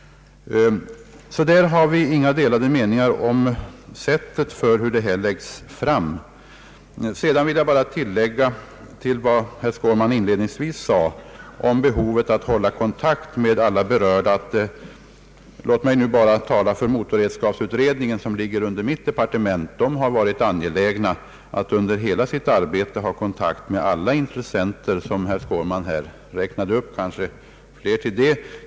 Beträffande det sätt på vilket den här frågan skall föras fram har vi således inga delade meningar. Herr Skårman talade i sitt anförande inledningsvis om behovet av att hålla kontakt med alla berörda parter. Låt mig bara säga att motorredskapsutredningen, som ligger under mitt departement, har varit angelägen att under hela sitt arbete hålla kontakt med de intressenter som herr Skårman räknade upp, och kanske flera därutöver.